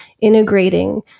integrating